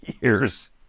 years